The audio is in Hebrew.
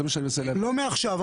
לא מעכשיו.